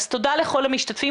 אז תודה לכל המשתתפים,